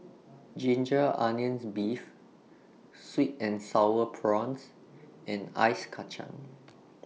Ginger Onions Beef Sweet and Sour Prawns and Ice Kacang